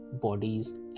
bodies